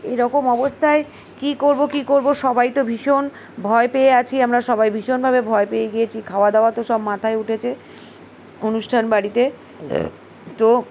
এরকম অবস্থায় কী করবো কী করবো সবাই তো ভীষণ ভয় পেয়ে আছি আমরা সবাই ভীষণভাবে ভয় পেয়ে গিয়েছি খাওয়া দাওয়া তো সব মাথায় উঠেছে অনুষ্ঠান বাড়িতে তো